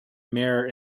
mirror